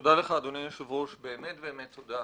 תודה לך אדוני היושב ראש, באמת באמת תודה.